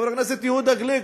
חבר הכנסת יהודה גליק,